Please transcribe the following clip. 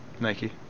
Nike